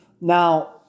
Now